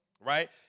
right